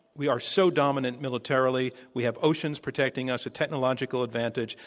we are so dominant militarily, we have oceans protecting us, a technological advantage,